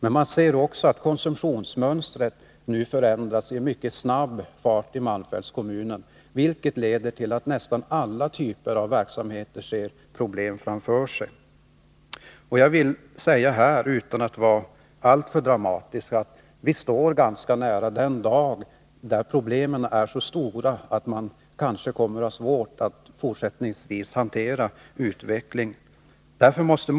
Vi ser också att konsumtionsmönstret nu förändras i mycket snabb fart i malmfältskommunen, vilket leder till att nästan alla typer av verksamheter har problem att vänta. Utan att vara alltför dramatisk vill jag säga att vi står ganska nära den dag då problemen är så stora att vi kanske kommer att ha svårt att hantera utvecklingen fortsättningsvis.